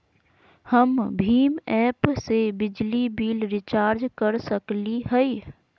हम भीम ऐप से बिजली बिल रिचार्ज कर सकली हई?